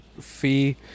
fee